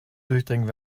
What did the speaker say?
durchdringen